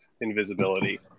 invisibility